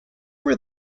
were